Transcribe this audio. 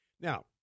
Now